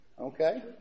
Okay